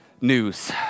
news